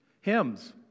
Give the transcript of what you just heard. Hymns